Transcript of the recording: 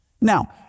Now